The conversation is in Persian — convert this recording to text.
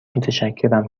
متشکرم